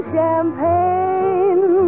Champagne